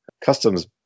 customs